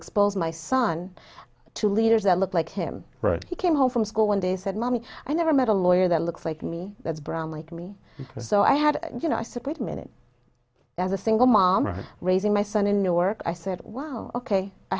expose my son to leaders that looked like him but he came home from school one day said mommy i never met a lawyer that looks like me that's brown like me so i had you know i said wait a minute as a single mom raising my son in a work i said wow ok